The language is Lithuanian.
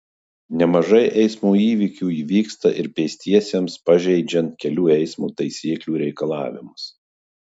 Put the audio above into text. nemažai eismo įvykių įvyksta ir pėstiesiems pažeidžiant kelių eismo taisyklių reikalavimus